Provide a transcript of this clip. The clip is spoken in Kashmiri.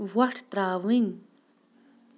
وۄٹھ ترٛاوٕنۍ